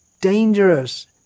Dangerous